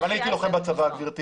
גם אני הייתי לוחם בצבא גברתי,